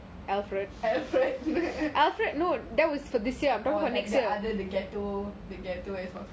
alfred oh that the other decato~